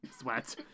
sweat